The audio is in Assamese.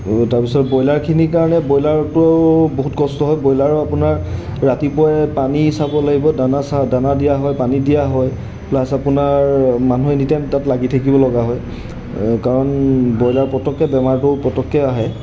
তাৰপিছত ব্ৰইলাৰখিনিৰ কাৰণে ব্ৰইলাৰটো আৰু বহুত কষ্ট হয় ব্ৰইলাৰো আপোনাৰ ৰাতিপুৱাই পানী চাব লাগিব দানা চা দানা দিয়া হয় পানী দিয়া হয় প্লাছ আপোনাৰ মানুহে এনিটাইম তাত লাগি থাকিব লগা হয় কাৰণ ব্ৰইলাৰ পটককৈ বেমাৰটো পটককৈ আহে